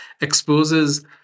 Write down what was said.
exposes